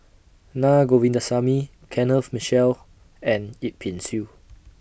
Na Govindasamy Kenneth Mitchell and Yip Pin Xiu